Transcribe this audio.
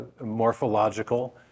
morphological